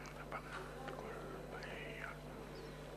(אומר את דבריו בלחש)